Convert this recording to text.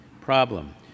problem